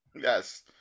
yes